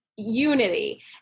Unity